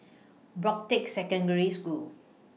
Broadrick Secondary School